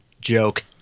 joke